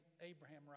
Abraham